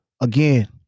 Again